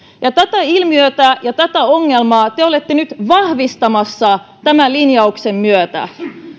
tätä ilmiötä ja tätä ongelmaa te olette nyt vahvistamassa tämän linjauksen myötä